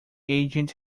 agent